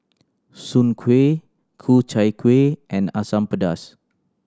soon kway Ku Chai Kueh and Asam Pedas